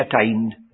attained